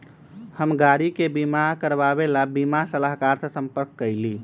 हम गाड़ी के बीमा करवावे ला बीमा सलाहकर से संपर्क कइली